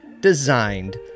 designed